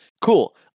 Cool